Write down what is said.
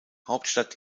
hauptstadt